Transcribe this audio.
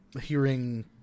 hearing